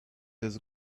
his